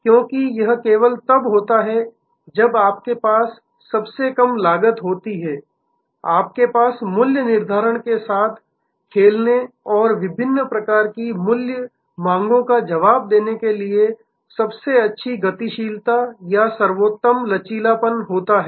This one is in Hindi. क्योंकि यह केवल तब होता है जब आपके पास सबसे कम लागत होती है आपके पास मूल्य निर्धारण के साथ खेलने और विभिन्न प्रकार की मूल्य मांगों का जवाब देने के लिए सबसे अच्छी गतिशीलता या सर्वोत्तम लचीलापन होता है